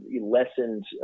lessened